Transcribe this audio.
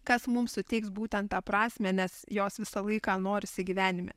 kas mums suteiks būtent tą prasmę nes jos visą laiką norisi gyvenime